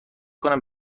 کنم